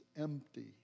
empty